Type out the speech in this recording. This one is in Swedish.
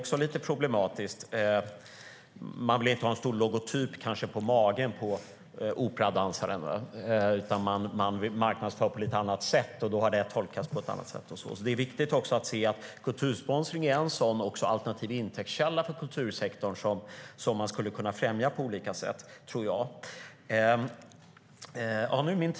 Man vill kanske inte ha en stor logotyp på magen på operadansaren, utan man marknadsför på lite annat sätt - och det har tolkats på annat sätt. Kultursponsring är en sådan alternativ intäktskälla för kultursektorn som kan främjas på olika sätt.